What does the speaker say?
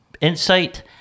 insight